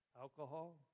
alcohol